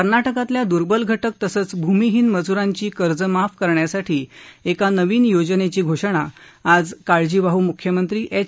कर्नाटकातल्या दूर्बल घटक तसंच भूमिहीन मजुरांची कर्ज माफ करण्यासाठी एका नवीन कार्यक्रमाची घोषणा आज काळजीवाहू म्ख्यमंत्री एच